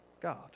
God